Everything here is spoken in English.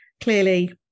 Clearly